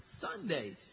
Sundays